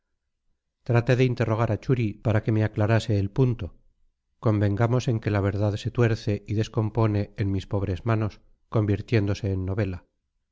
traté de interrogar a churi para que me aclarase el punto convengamos en que la verdad se tuerce y descompone en mis pobres manos convirtiéndose en novela